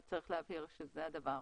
צריך להבהיר שזה הדבר.